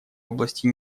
области